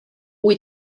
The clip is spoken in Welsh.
wyt